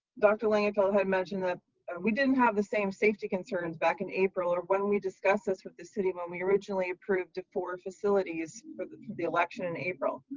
dr. langenfeld had mentioned that we didn't have the same safety concerns back in april, or when we discussed this with the city when we originally approved the four facilities in the the election in april.